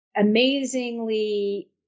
amazingly